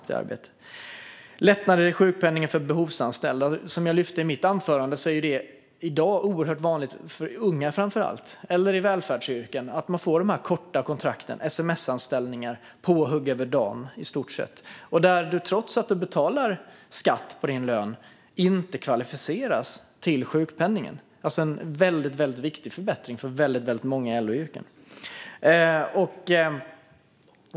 Det handlar också om lättnader i sjukpenningen för behovsanställda. Som jag lyfte upp i mitt anförande är det i dag oerhört vanligt bland unga eller i välfärdsyrken att man får korta kontrakt, sms-anställningar eller påhugg över dagen, i stort sett, vilka trots att man betalar skatt på sin lön inte kvalificerar till sjukpenning. Det är alltså en väldigt viktig förbättring för många i LO-yrken.